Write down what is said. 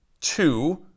two